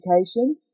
education